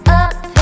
up